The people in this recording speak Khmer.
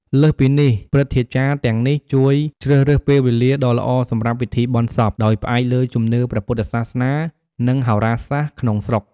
លើសពីនេះ ព្រឹទ្ធាចារ្យទាំងនេះជួយជ្រើសរើសពេលវេលាដ៏ល្អសម្រាប់ពិធីបុណ្យសព ដោយផ្អែកលើជំនឿព្រះពុទ្ធសាសនា និងហោរាសាស្រ្តក្នុងស្រុក។